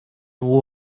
who